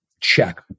Check